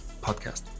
podcast